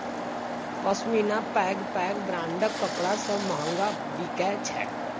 पश्मीना पैघ पैघ ब्रांडक कपड़ा सं महग बिकै छै